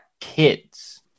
kids